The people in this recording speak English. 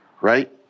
Right